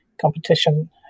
competition